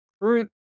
Current